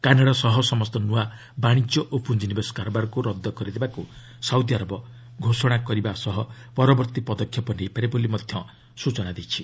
Canada ସହ ସମସ୍ତ ନୂଆ ବାଣିଜ୍ୟ ଓ ପୁଞ୍ଜିନିବେଶ କାରବାରକୁ ରଦ୍ଦ କରିଦେବାକୁ ସାଉଦିଆରବ ସୋଷଣା କରିବା ସହ ପରବର୍ତ୍ତୀ ପଦକ୍ଷେପ ନେଇପାରେ ବୋଲି ସ୍ଟଚନା ଦେଇଛି